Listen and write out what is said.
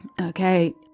Okay